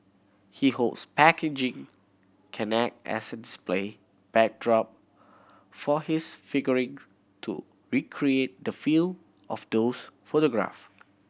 he hopes packaging can act as a display backdrop for his figurine to recreate the feel of those photograph